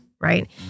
right